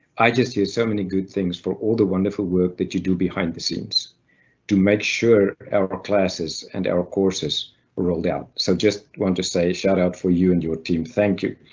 i just had so many good things for all the wonderful work that you do behind the scenes to make sure our classes and our courses rolled out. so just want to say a shout out for you and your team. thank you.